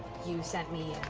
you sent me